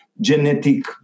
genetic